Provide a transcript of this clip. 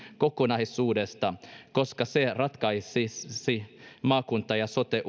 kokonaisuudesta koska se ratkaisisi maakunta ja sote